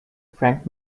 frank